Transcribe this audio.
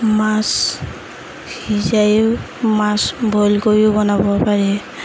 মাছ সিজাইয়ো মাছ বইল কৰিও বনাব পাৰি